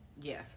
Yes